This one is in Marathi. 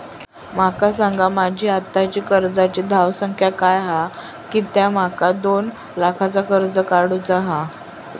माका सांगा माझी आत्ताची कर्जाची धावसंख्या काय हा कित्या माका दोन लाखाचा कर्ज काढू चा हा?